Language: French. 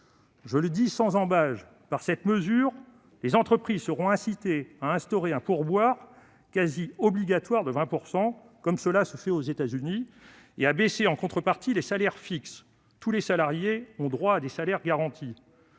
Je le dis sans ambages : cette mesure incitera les entreprises à instaurer un pourboire quasi obligatoire de 20 %, comme cela se fait aux États-Unis, et à baisser en contrepartie les salaires fixes. Tous les salariés ont droit à des salaires garantis.